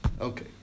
Okay